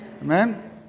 Amen